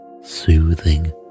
soothing